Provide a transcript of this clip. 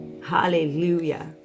Hallelujah